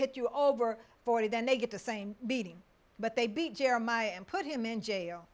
hit you over forty then they get the same beating but they beat jeremiah and put him in jail